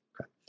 Okay